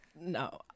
no